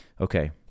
Okay